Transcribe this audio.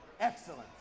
excellence